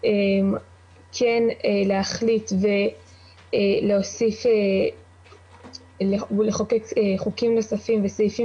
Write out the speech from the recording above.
כן להחליט ולהוסיף ולחוקק חוקים נוספים וסעיפים